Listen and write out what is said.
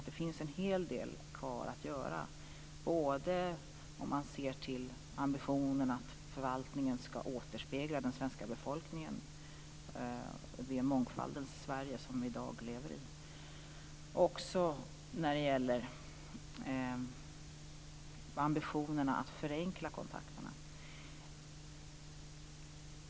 Det finns en hel del kvar att göra, både om man ser till ambitionen att förvaltningen skall återspegla den svenska befolkningen, det mångfaldens Sverige som vi i dag lever i, och när det gäller ambitionerna att förenkla kontakterna.